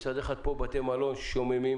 מצד אחד בתי מלון פה שוממים